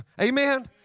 Amen